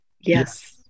yes